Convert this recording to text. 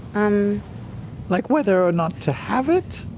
um like, whether or not to have it?